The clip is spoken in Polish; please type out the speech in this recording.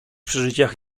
przeżyciach